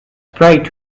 prays